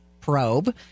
probe